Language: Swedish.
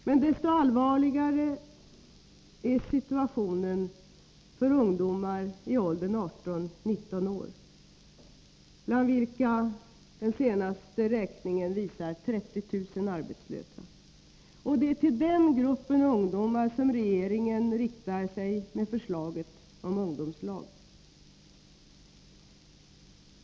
Men desto allvarligare är situationen för ungdomar i åldern 18-19 år, bland vilka den senaste räkningen visade 30 000 arbetslösa. Det är till den gruppen regeringen riktar sig med förslaget om ungdomslag.